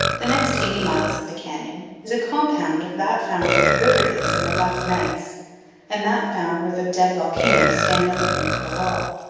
the next eighty miles of the canyon is a compound of that found where the river is in the black gneiss and that found where the dead volcanoes stand on the brink of the wall.